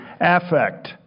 affect